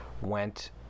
went